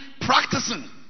practicing